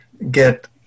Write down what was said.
get